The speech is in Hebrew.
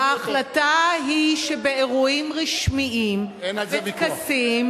ההחלטה היא שבאירועים רשמיים ובטקסים,